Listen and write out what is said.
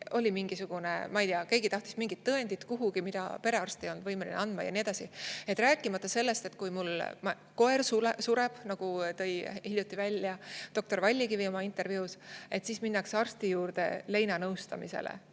olid kadunud, kui, ma ei tea, keegi tahtis mingit tõendit kuhugi, mida perearst ei olnud võimeline andma, ja nii edasi. Rääkimata sellest, et kui [inimesel] koer sureb, nagu tõi hiljuti välja doktor Vallikivi oma intervjuus, siis minnakse arsti juurde leinanõustamisele.